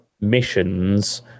missions